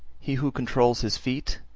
he who controls his feet,